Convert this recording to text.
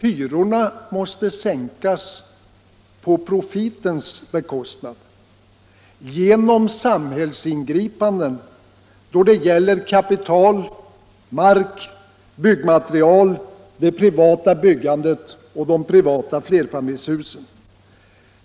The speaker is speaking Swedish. Hyrorna måste sänkas på profitens bekostnad — genom samhällsingripanden då det gäller kapital, mark, byggmaterial, det privata byggandet och de privata flerfamiljshusen.